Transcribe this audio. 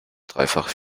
dreifach